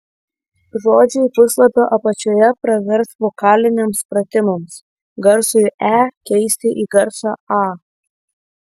žodžiai puslapio apačioje pravers vokaliniams pratimams garsui e keisti į garsą a